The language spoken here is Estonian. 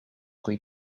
kui